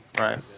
right